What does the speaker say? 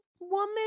woman